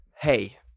Hey